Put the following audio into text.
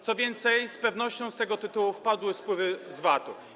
Co więcej, z pewnością z tego tytułu spadły wpływy z VAT-u.